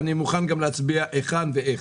ואני מוכן גם להצביע היכן ואיך,